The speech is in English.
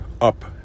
up